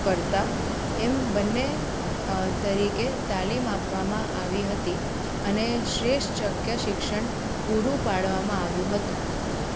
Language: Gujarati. કર્તા એમ બંને અ તરીકે તાલિમ આપવામાં આવી હતી અને શ્રેષ્ઠ શક્ય શિક્ષણ પૂરું પાડવામાં આવ્યું હતું